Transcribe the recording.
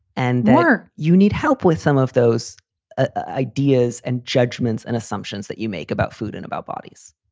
and there you need help with some of those ah ideas and judgments and assumptions that you make about food and about bodies.